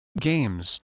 Games